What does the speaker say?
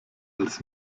als